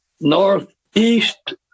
northeast